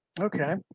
Okay